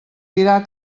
dirà